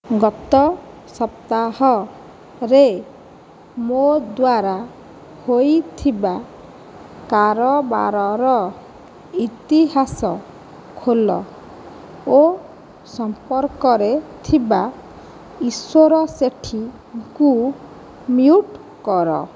ଗତ ସପ୍ତାହରେ ମୋ' ଦ୍ୱାରା ହୋଇଥିବା କାରବାରର ଇତିହାସ ଖୋଲ ଓ ସମ୍ପର୍କରେ ଥିବା ଈଶ୍ୱର ସେଠୀଙ୍କୁ ମ୍ୟୁଟ କର